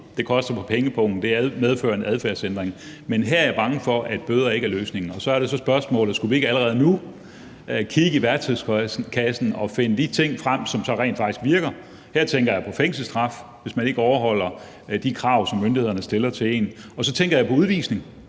det koster på pengepungen, og det medfører en adfærdsændring. Men her er jeg bange for, at bøder ikke er løsningen, og så er spørgsmålet, om vi ikke allerede nu skulle kigge i værktøjskassen og finde de ting frem, som rent faktisk virker. Her tænker jeg på fængselsstraf, hvis man ikke overholder de krav, som myndighederne stiller til en, og jeg tænker på udvisning.